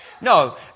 No